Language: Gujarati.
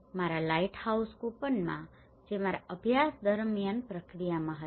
અને મારા લાઇટહાઉસ કૂપનમાં જે મારા અભ્યાસ દરમિયાન પ્રક્રિયામાં હતી